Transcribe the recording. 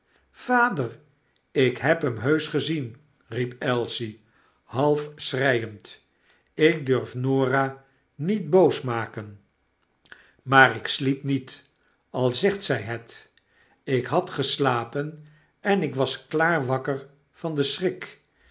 vader ik heb hem heusch gezien riep ailsie half schreiend ik durf norah niet boos maken maar ik sliep niet al zegt zij het ik had geslapen en ik was klaar wakker van den schrik